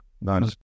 Nice